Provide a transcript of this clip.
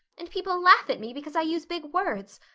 and people laugh at me because i use big words.